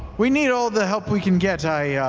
we need all the help we can get.